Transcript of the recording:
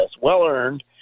Well-earned